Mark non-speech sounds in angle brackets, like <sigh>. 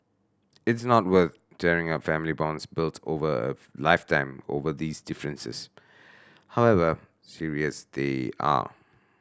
it's not worth tearing up family bonds built over a <unintelligible> lifetime over these differences however serious they are